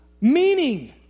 meaning